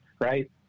right